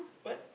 what